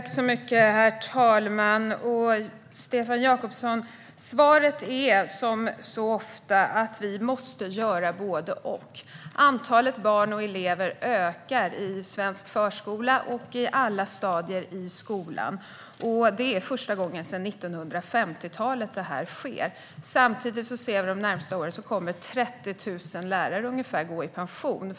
Herr talman! Stefan Jakobsson! Svaret är, som så ofta, att vi måste göra både och. Antalet barn och elever ökar för första gången sedan 1950-talet i svensk förskola och i alla stadier i skolan. Samtidigt ser vi att de närmaste åren kommer ungefär 30 000 lärare att gå i pension.